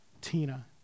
Tina